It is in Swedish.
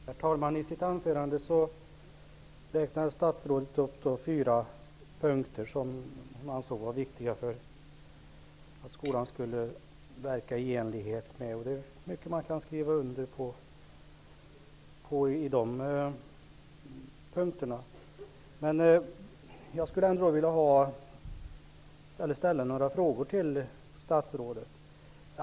Herr talman! I sitt anförande räknar statsrådet upp fem punkter som hon anser är viktiga för skolan. Jag kan skriva under på mycket i de punkterna. Men jag skulle ändå vilja ställa några frågor till statsrådet.